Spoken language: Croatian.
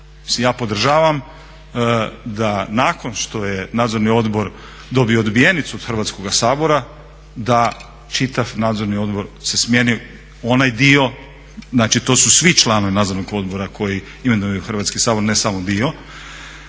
Ja podržavam da nakon što je Nadzorni odbor dobio odbijenicu od Hrvatskog sabora da čitav Nadzorni odbor se smijeni, onaj dio, znači to su svi članovi Nadzornog odbora koje imenuje Hrvatski sabor ne samo dio,